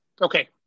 okay